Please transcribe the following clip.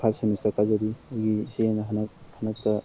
five semester ꯀꯥꯖꯔꯤ ꯑꯩꯒꯤ ꯏꯆꯦꯅ ꯍꯟꯗꯛ ꯍꯟꯗꯛꯇ